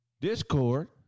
Discord